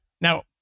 Now